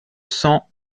cents